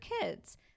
kids